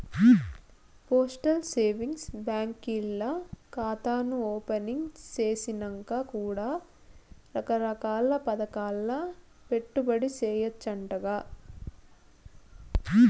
postal savings బాంకీల్ల కాతాను opening సేసినంక కూడా రకరకాల్ల పదకాల్ల పెట్టుబడి సేయచ్చంటగా